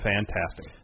Fantastic